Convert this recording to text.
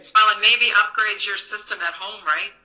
so and maybe upgrade your system at home, right?